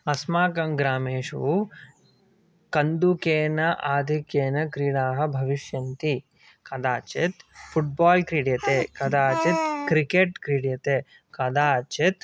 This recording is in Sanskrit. अस्माकङ्ग्रामेषु कन्दुकेन आधिक्येन क्रीडाः भविष्यन्ति कदाचित् फ़ुट् बाल् क्रीड्यते कदाचित् क्रिकेट् क्रीड्यते कदाचित्